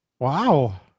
Wow